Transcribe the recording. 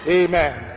amen